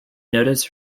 notice